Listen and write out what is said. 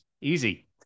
Easy